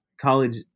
college